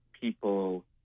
people